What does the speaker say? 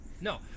No